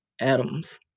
Adams